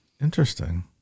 Interesting